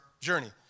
journey